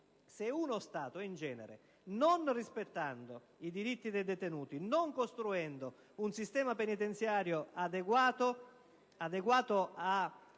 in uno Stato, non rispettandosi i diritti dei detenuti e non costruendosi un sistema penitenziario adeguato a